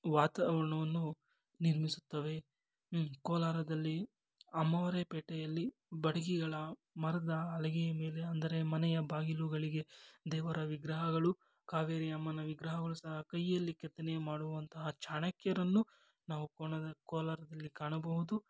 ವಾತಾವರಣವನ್ನು ನಿರ್ಮಿಸುತ್ತವೆ ಕೋಲಾರದಲ್ಲಿ ಅಮ್ಮಾವ್ರ ಪೇಟೆಯಲ್ಲಿ ಬಡಗಿಗಳು ಮರದ ಹಲಗೆಯ ಮೇಲೆ ಅಂದರೆ ಮನೆಯ ಬಾಗಿಲುಗಳಿಗೆ ದೇವರ ವಿಗ್ರಹಗಳು ಕಾವೇರಿ ಅಮ್ಮನ ವಿಗ್ರಹಗಳು ಸಹ ಕೈಯಲ್ಲಿ ಕೆತ್ತನೆ ಮಾಡುವಂತಹ ಚಾಣಕ್ಯರನ್ನು ನಾವು ಕೋಲಾರ ಕೋಲಾರದಲ್ಲಿ ಕಾಣಬಹುದು